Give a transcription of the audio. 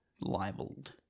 libeled